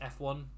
F1